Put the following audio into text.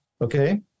okay